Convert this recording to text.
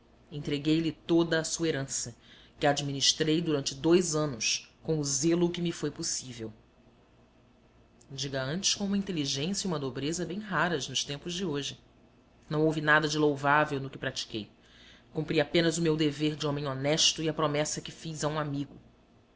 filho entreguei lhe toda a sua herança que administrei durante dois anos com o zelo que me foi possível diga antes com uma inteligência e uma nobreza bem raras nos tempos de hoje não houve nada de louvável no que pratiquei cumpri apenas o meu dever de homem honesto e a promessa que fiz a um amigo